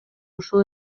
ушул